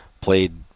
played